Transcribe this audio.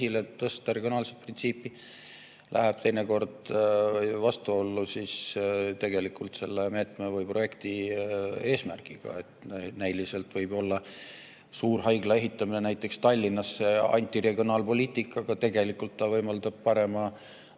esile tõsta, regionaalset printsiipi – see läheb teinekord vastuollu tegelikult selle meetme või projekti eesmärgiga. Näiliselt võib olla suurhaigla ehitamine näiteks Tallinnasse antiregionaalpoliitika, aga tegelikult ta võimaldab parema